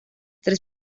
tres